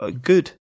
good